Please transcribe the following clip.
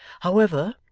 however,